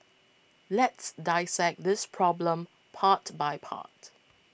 let's dissect this problem part by part